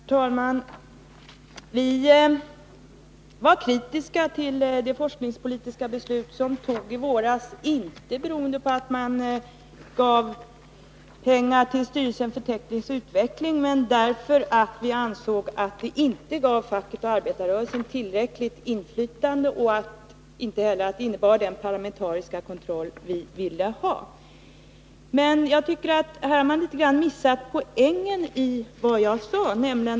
Herr talman! Vi var kritiska mot det forskningspolitiska beslut som togs i våras, inte för att man gav pengar till styrelsen för teknisk utveckling utan därför att vi ansåg att det inte gav facket och arbetarrörelsen tillräckligt inflytande och därför att det inte innebar att vi fick den parlamentariska kontroll som vi ville ha. Jag tycker att man har missat poängen i vad jag sade.